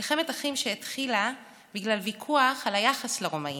מלחמת אחים שהתחילה בגלל ויכוח על היחס לרומאים,